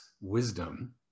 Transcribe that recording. wisdom